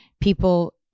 people